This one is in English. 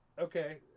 Okay